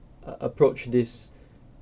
uh approach this